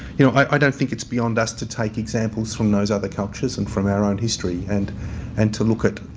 you know i i don't think it's beyond us to take examples from those other cultures and from our own history and and to look at